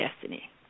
destiny